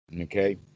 Okay